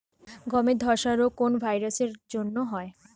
গমের ধসা রোগ কোন ভাইরাস এর জন্য হয়?